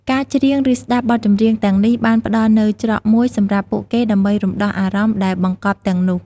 ការច្រៀង ឬស្តាប់បទចម្រៀងទាំងនេះបានផ្តល់នូវ ច្រកមួយ សម្រាប់ពួកគេដើម្បីរំដោះអារម្មណ៍ដែលបង្កប់ទាំងនោះ។